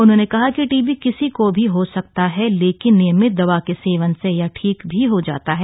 उन्होंने कहा कि टीबी किसी को भी हो सकता है लेकिन नियमित दवा के सेवन से यह ठीक भी हो जाता है